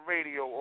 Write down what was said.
Radio